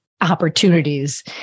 opportunities